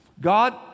God